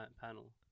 panel